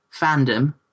fandom